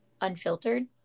unfiltered